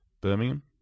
Birmingham